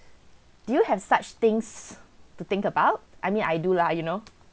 do you have such things to think about I mean I do lah you know